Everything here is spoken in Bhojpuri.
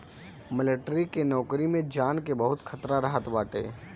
मलेटरी के नोकरी में जान के बहुते खतरा रहत बाटे